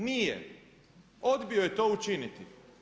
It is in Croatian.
Nije, odbio je to učiniti.